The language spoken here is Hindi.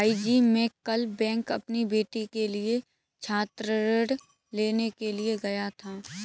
भाईजी मैं कल बैंक अपनी बेटी के लिए छात्र ऋण लेने के लिए गया था